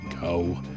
go